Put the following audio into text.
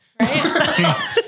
Right